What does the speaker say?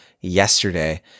yesterday